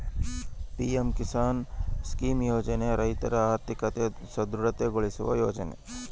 PM Kisan scheme ಯೋಜನೆ ರೈತರ ಆರ್ಥಿಕತೆ ಸದೃಢ ಗೊಳಿಸುವ ಯೋಜನೆ